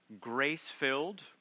grace-filled